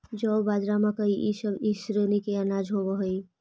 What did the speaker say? जौ, बाजरा, मकई इसब ई श्रेणी के अनाज होब हई